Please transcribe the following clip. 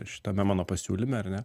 šitame mano pasiūlyme are ne